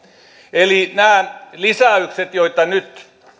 eli nämä lisäykset joita nyt